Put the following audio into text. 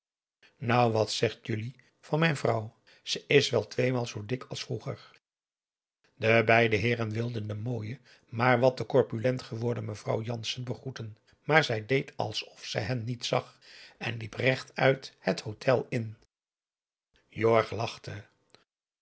nou wat zeg jullie van mijn vrouw ze is wel tweemaal zoo dik als vroeger de beide heeren wilden de mooie maar wat te corpulent geworden mevrouw janssen begroeten maar zij deed alsof ze hen niet zag en liep rechtuit het hotel in jorg lachte